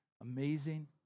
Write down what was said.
amazing